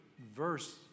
verse